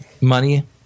money